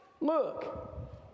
Look